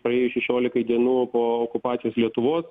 praėjus šešiolikai dienų po okupacijos lietuvos